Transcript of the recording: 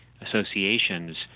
associations